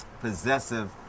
possessive